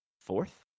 fourth